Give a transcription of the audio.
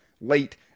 late